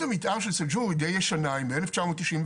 היא מ-1991,